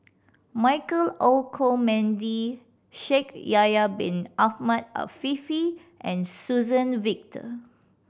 Michael Olcomendy Shaikh Yahya Bin Ahmed Afifi and Suzann Victor